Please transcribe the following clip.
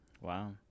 Wow